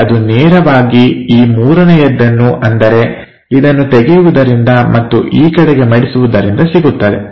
ನಮಗೆ ಅದು ನೇರವಾಗಿ ಈ ಮೂರನೆಯದ್ದನ್ನು ಅಂದರೆ ಇದನ್ನು ತೆಗೆಯುವುದರಿಂದ ಮತ್ತು ಈ ಕಡೆಗೆ ಮಡಿಸುವುದರಿಂದ ಸಿಗುತ್ತದೆ